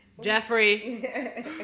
Jeffrey